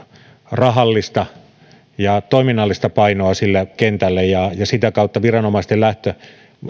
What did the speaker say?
rahallista ja toiminnallista painoa sille kentälle sitä kautta viranomaisten lähtö